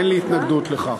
אין לי התנגדות לכך.